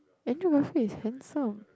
Andrew-Garfield is handsome